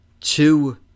two